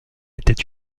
était